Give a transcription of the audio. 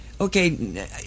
Okay